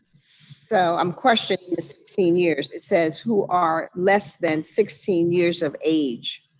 so, i'm questioning the sixteen years. it says, who are less than sixteen years of age.